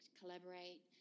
collaborate